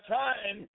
time